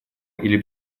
или